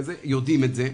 יודעים את זה.